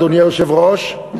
אדוני היושב-ראש,